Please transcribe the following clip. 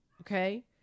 okay